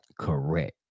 correct